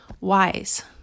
wise